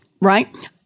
right